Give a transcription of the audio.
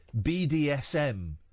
BDSM